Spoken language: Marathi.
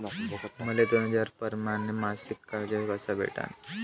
मले दोन हजार परमाने मासिक कर्ज कस भेटन?